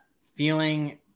feeling